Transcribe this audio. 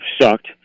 sucked